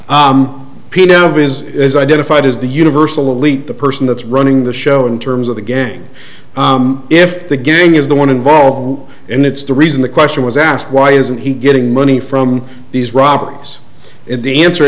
pineville is as identified as the universal elite the person that's running the show in terms of the gang if the gang is the one involved and it's the reason the question was asked why isn't he getting money from these robbers and the answer